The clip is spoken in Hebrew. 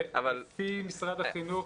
על פי משרד החינוך,